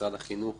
משרד החינוך